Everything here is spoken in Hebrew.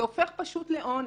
זה הופך פשוט לעונש.